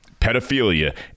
pedophilia